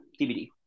DVD